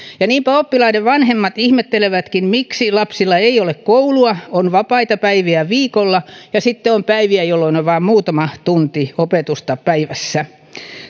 niinpä oppilaiden vanhemmat ihmettelevätkin miksi lapsilla ei ole koulua on vapaita päiviä viikolla ja sitten on päiviä jolloin on vain muutama tunti opetusta päivässä